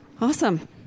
Awesome